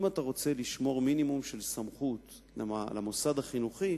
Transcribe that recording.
אם אתה רוצה לשמור מינימום של סמכות למוסד החינוכי,